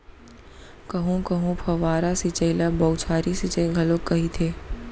कहूँ कहूँ फव्वारा सिंचई ल बउछारी सिंचई घलोक कहिथे